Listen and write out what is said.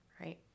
right